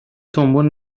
تومبون